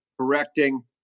correcting